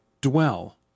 dwell